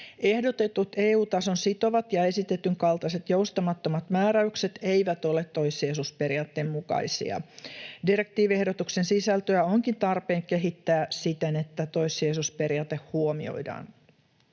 Ehdotetut EU-tason sitovat ja esitetyn kaltaiset joustamattomat määräykset eivät ole toissijaisuusperiaatteen mukaisia. Direktiiviehdotuksen sisältöä onkin tarpeen kehittää siten, että toissijaisuusperiaate huomioidaan.